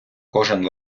кожен